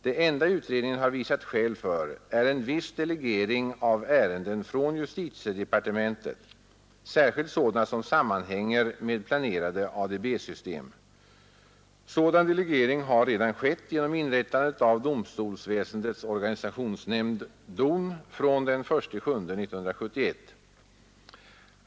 Det enda utredningen har visat skäl för, är en viss delegering av ärenden från justitiedepartementet, särskilt sådana som sammanhänger med planerade ADB-system. Sådan delegering har redan skett genom inrättandet av domstolsväsendets organisationsnämnd, DON, från den 1 juli 1971.